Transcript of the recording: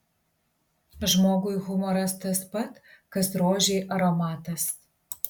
žmogui humoras tas pat kas rožei aromatas